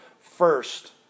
first